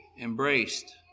embraced